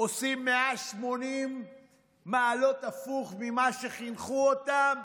עושים 180 מעלות הפוך ממה שחינכו אותם?